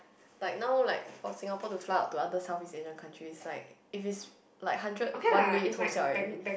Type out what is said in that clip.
like now like for Singapore to fly out to other South East Asian country is like if it's like hundred one way you 偷笑 already